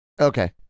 Okay